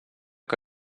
que